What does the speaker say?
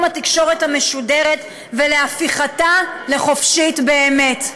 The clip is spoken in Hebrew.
התקשורת המשודרת ולהפיכתה לחופשית באמת.